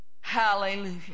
Hallelujah